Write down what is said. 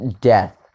death